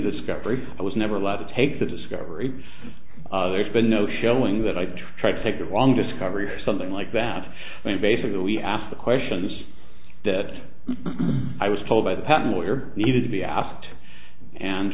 discovery i was never allowed to take the discovery there's been no showing that i tried to take the wrong discovery or something like that but basically we asked the question was that i was told by the patent lawyer needed to be asked and